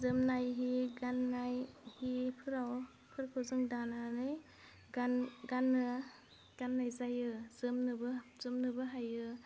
जोमनाय हि गाननाय हिफोराव फोरखौ जों दानानै गान गाननो गाननाय जायो जोमनोबो जोमनोबो हायो